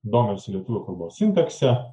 domisi lietuvių kalbos sintakse